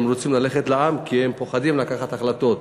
הם רוצים ללכת לעם, כי הם פוחדים לקחת החלטות.